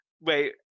Wait